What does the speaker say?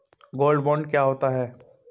Gold bond क्या होता है?